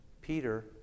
Peter